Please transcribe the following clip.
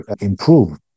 improve